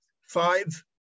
five